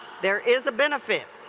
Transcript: there is a benefit.